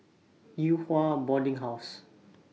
Yew Hua Boarding House